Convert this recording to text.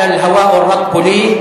הַדַ'א אֵלְהַוַאאֻ אֵ-רַּטְּבֻּ לִי,